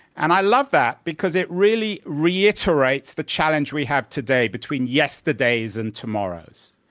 and i love that because it really reiterates the challenge we have today between yesterdays and tomorrows.